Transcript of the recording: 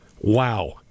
wow